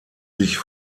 sich